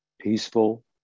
peaceful